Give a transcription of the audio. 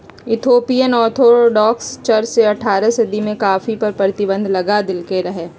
Ethiopian Orthodox church ने अठारह सदी में कॉफ़ी पर प्रतिबन्ध लगा देलकइ रहै